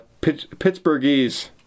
Pittsburghese